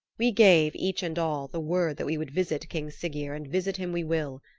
we gave, each and all, the word that we would visit king siggeir and visit him we will.